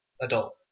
adult